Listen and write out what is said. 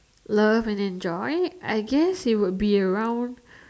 love and enjoy I guess it will be around